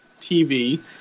TV